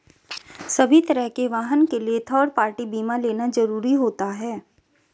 सभी तरह के वाहन के लिए थर्ड पार्टी बीमा लेना जरुरी होता है